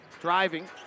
driving